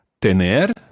Tener